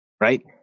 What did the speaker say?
right